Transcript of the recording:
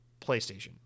PlayStation